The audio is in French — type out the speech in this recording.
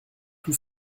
tout